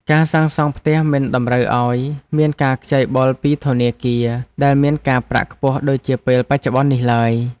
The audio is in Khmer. ការសាងសង់ផ្ទះមិនតម្រូវឱ្យមានការខ្ចីបុលពីធនាគារដែលមានការប្រាក់ខ្ពស់ដូចជាពេលបច្ចុប្បន្ននេះឡើយ។